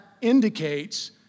indicates